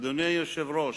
אדוני היושב-ראש,